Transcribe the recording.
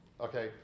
Okay